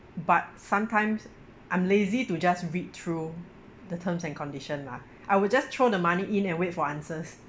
but sometimes I'm lazy to just read through the terms and condition lah I would just throw the money in and wait for answers